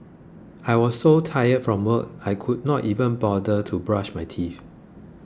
I was so tired from work I could not even bother to brush my teeth